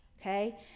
okay